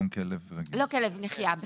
גם כלב --- לא כלב נחייה,